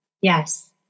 yes